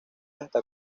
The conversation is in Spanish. hasta